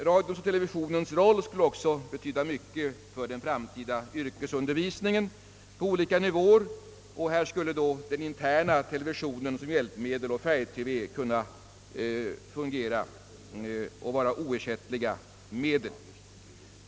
Radions och televisionens roll skulle också betyda mycket för den framtida yrkesundervisningen på olika nivåer, och här skulle den interna televisionen och färgtelevisionen kunna fungera som oersättliga hjälpmedel.